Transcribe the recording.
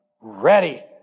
ready